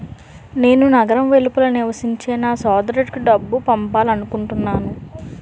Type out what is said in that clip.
నేను నగరం వెలుపల నివసించే నా సోదరుడికి డబ్బు పంపాలనుకుంటున్నాను